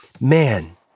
man